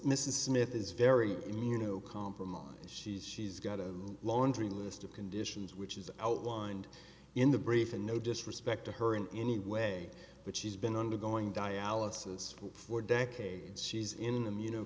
mrs smith is very immunocompromised she's she's got a laundry list of conditions which is outlined in the brief and no disrespect to her in any way but she's been undergoing dialysis for decades she's in them you know